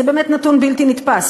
זה באמת נתון בלתי נתפס,